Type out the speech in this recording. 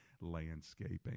Landscaping